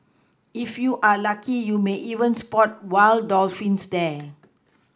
if you are lucky you may even spot wild dolphins there